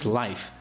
life